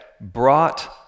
brought